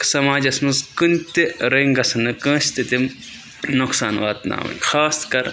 سماجَس منٛز کُنہِ تہِ رٔنگۍ گژھن نہٕ کٲنٛسہِ تہِ تِم نۄقصان واتناوٕنۍ خاص کَر